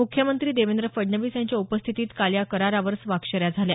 मुख्यमंत्री देवेंद्र फडणवीस यांच्या उपस्थितीत काल या करारावर स्वाक्षऱ्या झाल्या